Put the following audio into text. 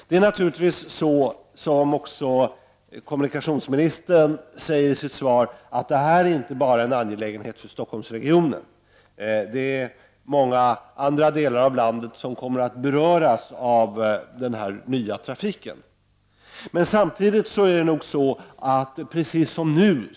Det är naturligtvis så, som kommunikationsministern också säger i sitt svar, att detta inte bara är en angelägenhet för Stockholmsregionen. Även många andra delar av landet kommer att beröras av den här nya trafiken.